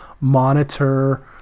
monitor